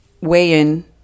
weigh-in